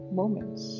moments